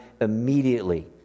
immediately